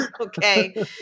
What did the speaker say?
okay